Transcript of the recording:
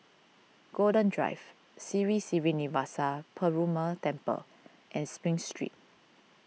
Golden Drive Sri Srinivasa Perumal Temple and Spring Street